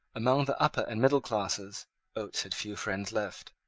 among the upper and middle classes oates had few friends left.